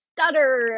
stutter